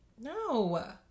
No